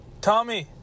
Tommy